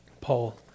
Paul